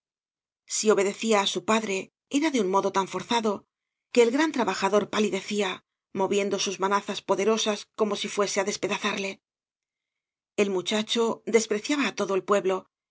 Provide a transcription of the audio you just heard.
si obedecía á su padre era de un modo tan forzado que el gran trabajador palidecía moviendo sua manazas poderosab como si fuese á despedazarle el muchacho despreciaba á todo el pueblo